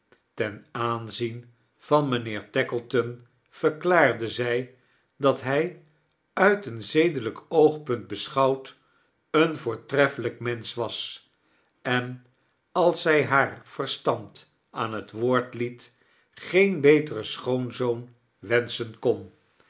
ten aanzien van mijmiheer tackleton verklaarde zij dat hij uit een zedelijk oogpunt beschouwd een voortreffelijk mensch was en als eij haar verstand aan hex woora liet geen beteren schoonzoon wenschen kon